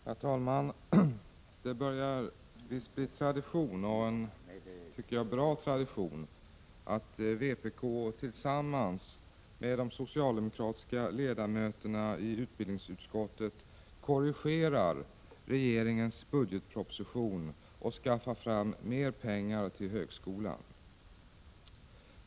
Herr talman! Det börjar visst bli tradition — och en bra tradition — att vpk tillsammans med de socialdemokratiska ledamöterna i utbildningsutskottet korrigerar regeringens budgetproposition och skaffar mer pengar till högskolan än regeringen föreslår.